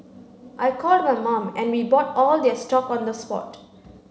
I called my mum and we bought all their stock on the spot